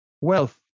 wealth